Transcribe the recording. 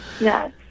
Yes